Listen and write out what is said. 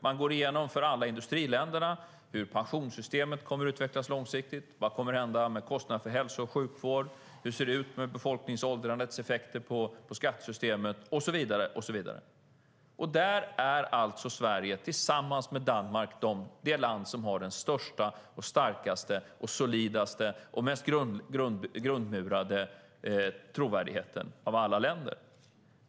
Man går igenom hur pensionssystemet i alla industriländer kommer att utvecklas långsiktigt, vad som kommer att hända med kostnader för hälso och sjukvård, hur det ser ut med befolkningsåldrandets effekter på skattesystemet och så vidare. Där är alltså Sverige, tillsammans med Danmark, det land som har den största, starkaste, solidaste och mest grundmurade trovärdigheten av alla länder.